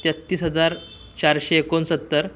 तेहतीस हजार चारशे एकोणसत्तर